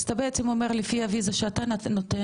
אז אתה בעצם אומר לפי הוויזה שאתה נותן,